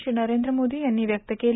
श्री नरेंद्र मोदी यांनी व्यक्त केली